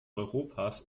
europas